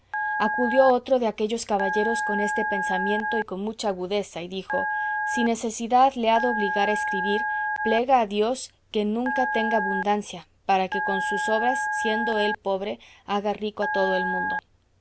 acudió otro de aquellos caballeros con este pensamiento y con mucha agudeza y dijo si necesidad le ha de obligar a escribir plega a dios que nunca tenga abundancia para que con sus obras siendo él pobre haga rico a todo el mundo